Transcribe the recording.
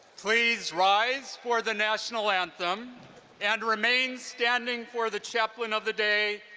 please rise for the national anthem and remain standing for the chaplain of the day,